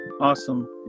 Awesome